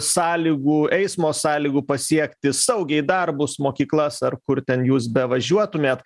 sąlygų eismo sąlygų pasiekti saugiai darbus mokyklas ar kur ten jūs bevažiuotumėt